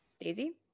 Daisy